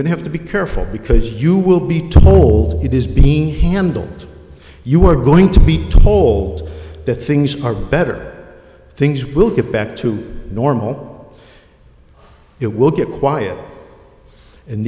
to have to be careful because you will be told it is being handled you are going to be told that things are better things will get back to normal it will get quiet and